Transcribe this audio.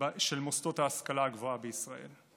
של מוסדות ההשכלה הגבוהה בישראל.